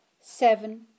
seven